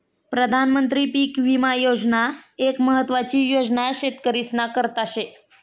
प्रधानमंत्री पीक विमा योजना एक महत्वानी योजना शेतकरीस्ना करता शे